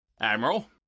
Admiral